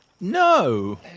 No